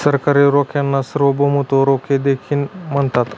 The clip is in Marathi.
सरकारी रोख्यांना सार्वभौमत्व रोखे देखील म्हणतात